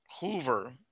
Hoover